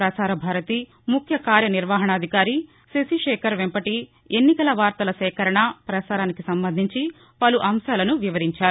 ప్రసారభారతి ముఖ్య కార్యనిర్వహణాధికారి శశిశేఖర్ వెంపటి ఎన్నికల వార్తల సేకరణ ప్రసారానికి సంబంధించి పలు అంశాలను వివరించారు